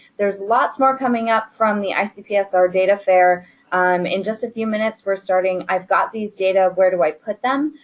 there's lots more coming up from the icpsr data fair um in just a few minutes. we're starting i've got these data, where do i put them?